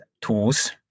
tools